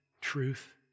truth